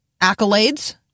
accolades